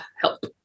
help